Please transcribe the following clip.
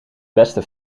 beste